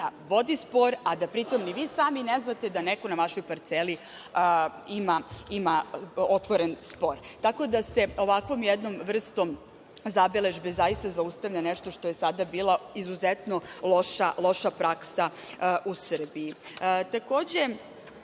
vodi spor, a da pri tome ni vi sami ne znate da neko na vašoj parceli ima otvoren spor. Tako da se ovakvom jednom vrstom zabeležbe zaista zaustavlja nešto što je sada bila izuzetno loša praksa u Srbiji. Takođe,